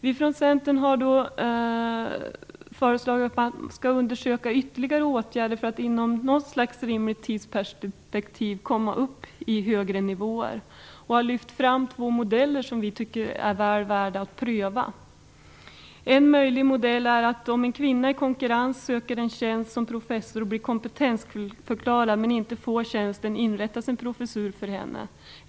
Vi från från Centern har föreslagit att man skall undersöka ytterligare åtgärder för att inom något slags rimlig tidsperspektiv komma upp i högre nivåer och har lyft fram två modeller som vi tycker är väl värda att pröva. En möjlig modell är att om en kvinna i konkurrens söker en tjänst som professor och blir kompetentförklarad men inte får tjänsten så inrättas det en professur för henne.